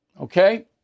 Okay